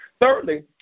Thirdly